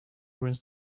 ruins